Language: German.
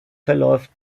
verläuft